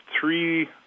Three